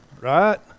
right